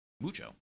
mucho